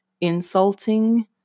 insulting